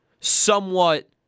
somewhat